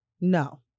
No